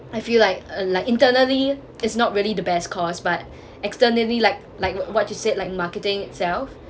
I feel like uh like internally is not really the best cause but externally like like what you said like marketing itself